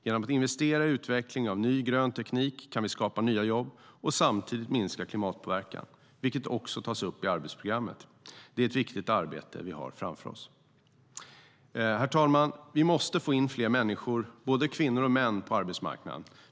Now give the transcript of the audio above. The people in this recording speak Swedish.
Genom att investera i utveckling av ny grön teknik kan vi skapa nya jobb och samtidigt minska klimatpåverkan, vilket också tas upp i arbetsprogrammet. Det är ett viktigt arbete vi har framför oss. Herr talman! Vi måste få in fler människor, både kvinnor och män, på arbetsmarknaden.